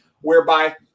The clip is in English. whereby